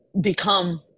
become